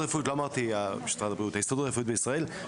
בזום.